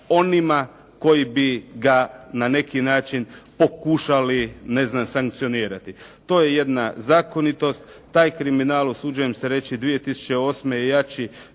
onima koji bi ga na neki način pokušali sankcionirati. To je jedna zakonitost, taj kriminal, usuđujem se reći 2008. je jači